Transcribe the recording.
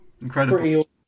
Incredible